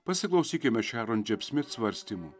pasiklausykime šiaron džep smit svarstymų